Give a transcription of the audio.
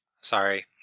sorry